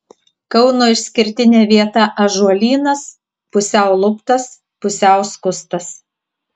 kauno išskirtinė vieta ąžuolynas pusiau luptas pusiau skustas